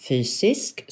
Fysisk